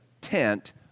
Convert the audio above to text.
tent